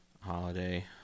holiday